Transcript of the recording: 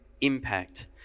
impact